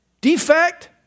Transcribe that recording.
defect